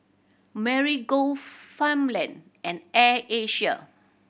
Marigold Farmland and Air Asia